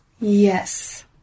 Yes